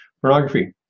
pornography